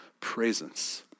presence